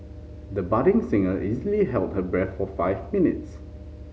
the budding singer easily held her breath for five minutes